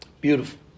Beautiful